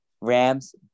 Rams